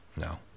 No